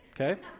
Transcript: okay